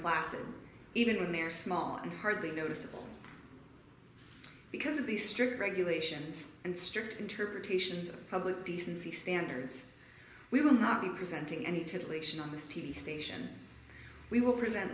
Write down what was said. classes even when they're small and hardly noticeable because of the strict regulations and strict interpretations of public decency standards we will not be presenting any to the action on this t v station we will present